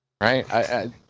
Right